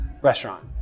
restaurant